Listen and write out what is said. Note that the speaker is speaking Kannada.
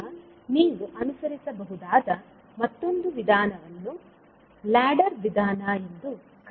ಈಗ ನೀವು ಅನುಸರಿಸಬಹುದಾದ ಮತ್ತೊಂದು ವಿಧಾನವನ್ನು ಲ್ಯಾಡರ್ ವಿಧಾನ ಎಂದು ಕರೆಯಲಾಗುತ್ತದೆ